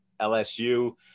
LSU